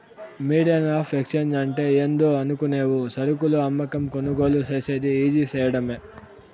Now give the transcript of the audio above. medium of exchange అంటే ఏందో అనుకునేవు సరుకులు అమ్మకం, కొనుగోలు సేసేది ఈజీ సేయడమే